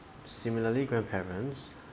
similarly grandparents